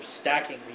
stacking